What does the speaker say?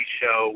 show